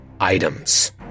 items